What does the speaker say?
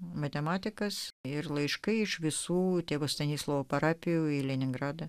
matematikas ir laiškai iš visų tėvo stanislovo parapijų į leningradą